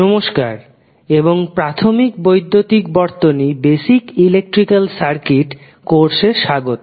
নমস্কার এবং প্রাথমিক বৈদ্যুতিক বর্তনী কোর্সে স্বাগত